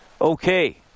Okay